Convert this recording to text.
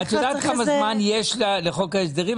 את יודעת כמה זמן יש לחוק ההסדרים?